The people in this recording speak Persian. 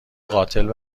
قاتل